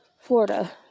Florida